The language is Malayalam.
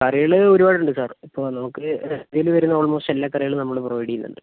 കറികൾ ഒരുപാടുണ്ട് സാർ ഇപ്പോൾ നമുക്ക് സദ്യയിൽ വരുന്ന ഓൾമോസ്റ്റ് എല്ലാ കറികളും നമ്മൾ പ്രൊവൈഡ് ചെയ്യുന്നുണ്ട്